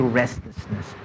restlessness